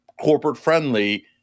corporate-friendly